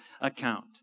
account